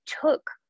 took